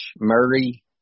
Murray